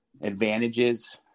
advantages